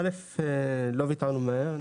א' לא ויתרנו מהר,